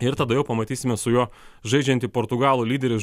ir tada jau pamatysime su juo žaidžiantį portugalų lyderį